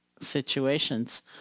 situations